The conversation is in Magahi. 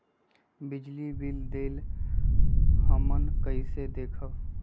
बिजली बिल देल हमन कईसे देखब?